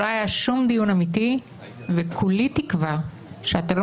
לא היה שום דיון אמיתי וכולי תקווה שאתה לא